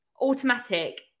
automatic